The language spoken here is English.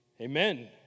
Amen